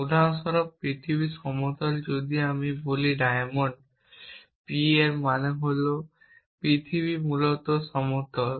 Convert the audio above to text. উদাহরণ স্বরূপ পৃথিবী সমতল যদি আমি বলি ডায়মন্ড p এর মানে হল পৃথিবী মূলত সমতল